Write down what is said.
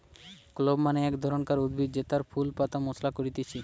clove মানে এক ধরণকার উদ্ভিদ জেতার ফুল পাতা মশলা করতিছে